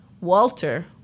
Walter